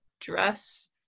dress